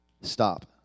Stop